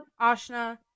Ashna